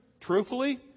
truthfully